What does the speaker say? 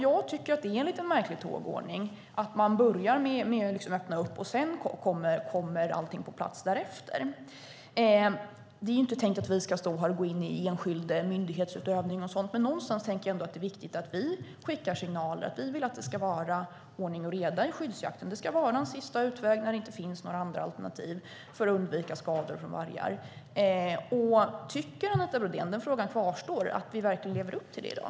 Jag tycker att det är en lite märklig tågordning att man börjar med att öppna upp och att allting kommer på plats därefter. Det är inte tänkt att vi ska stå här och gå in i enskild myndighetsutövning eller något sådant. Men någonstans tänker jag ändå att det är viktigt att vi skickar signaler om att vi vill att det ska vara ordning och reda i skyddsjakten. Det ska vara en sista utväg när det inte finns några andra alternativ för att undvika skador från vargar. Frågan kvarstår: Tycker Anita Brodén att vi verkligen lever upp till det i dag?